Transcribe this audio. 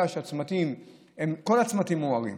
כל הצמתים מוארים.